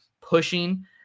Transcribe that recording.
pushing